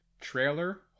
Trailer